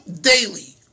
daily